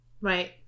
Right